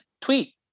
tweet